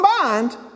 combined